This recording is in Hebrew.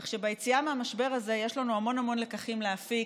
כך שביציאה מהמשבר הזה יש לנו המון המון לקחים להפיק,